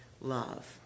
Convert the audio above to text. love